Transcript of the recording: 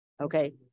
Okay